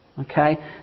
Okay